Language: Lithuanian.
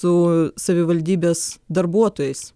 su savivaldybės darbuotojais